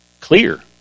clear